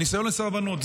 הניסיון לסרבנות,